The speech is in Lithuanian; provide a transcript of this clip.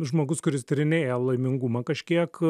žmogus kuris tyrinėja laimingumą kažkiek